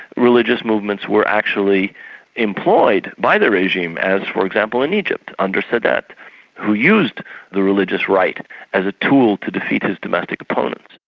religious movements were actually employed by the regime, as for example in egypt under sadat who used the religious right as a tool to defeat his domestic opponents.